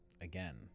again